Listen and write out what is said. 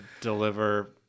deliver